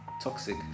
toxic